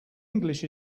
english